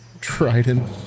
trident